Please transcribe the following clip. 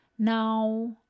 Now